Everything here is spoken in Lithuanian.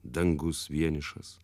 dangus vienišas